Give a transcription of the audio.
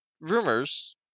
rumors